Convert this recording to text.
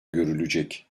görülecek